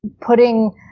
putting